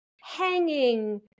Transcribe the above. hanging